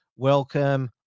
welcome